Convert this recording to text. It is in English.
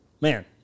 man